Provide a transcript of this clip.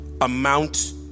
amount